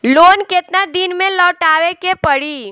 Loan केतना दिन में लौटावे के पड़ी?